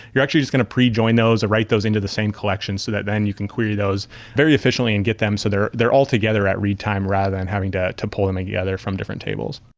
you're actually just going to pre-join those or write those into the same collection so that then you can query those very efficiently and get them so they're they're altogether at read time rather than having to to pull them together from different tables.